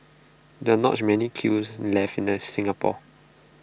there are not many kilns left in the Singapore